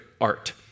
art